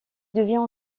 devient